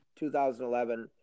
2011